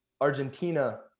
Argentina